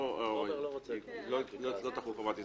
לא תחול חובת הזדהות.